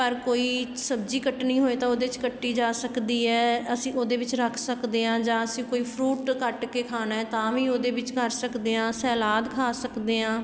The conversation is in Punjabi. ਪਰ ਕੋਈ ਸਬਜ਼ੀ ਕੱਟਣੀ ਹੋਏ ਤਾਂ ਉਹਦੇ 'ਚ ਕੱਟੀ ਜਾ ਸਕਦੀ ਹੈ ਅਸੀਂ ਉਹਦੇ ਵਿੱਚ ਰੱਖ ਸਕਦੇ ਹਾਂ ਜਾਂ ਅਸੀਂ ਕੋਈ ਫਰੂਟ ਕੱਟ ਕੇ ਖਾਣਾ ਤਾਂ ਵੀ ਉਹਦੇ ਵਿੱਚ ਕੱਟ ਸਕਦੇ ਹਾਂ ਸਲਾਦ ਖਾ ਸਕਦੇ ਹਾਂ